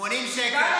80 שקל.